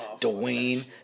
Dwayne